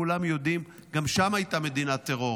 כולם יודעים: גם שם הייתה מדינת טרור.